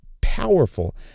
Powerful